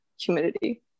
humidity